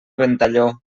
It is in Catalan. ventalló